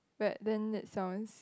but then that sounds